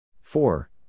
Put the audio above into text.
Four